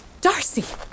Darcy